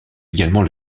également